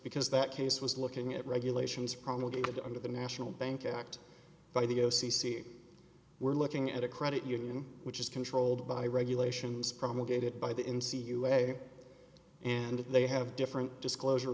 because that case was looking at regulations promulgated under the national bank act by the o c c we're looking at a credit union which is controlled by regulations promulgated by the n c u a and they have different disclosure